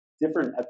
different